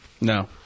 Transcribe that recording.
no